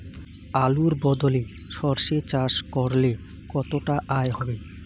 আলুর বদলে সরষে চাষ করলে কতটা আয় হবে?